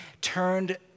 turned